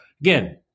again